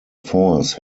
force